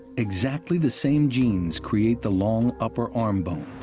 exactly the same genes create the long, upper arm bone.